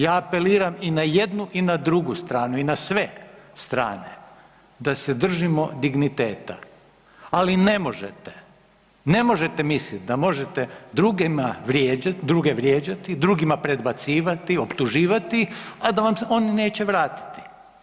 Ja apeliram i na jednu i na drugu stranu i na sve strane da se držimo digniteta, ali ne možete, ne možete mislit da možete drugima vrijeđat, druge vrijeđati, drugima predbacivati, optuživati, a da vam oni neće vratiti.